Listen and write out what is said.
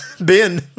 Ben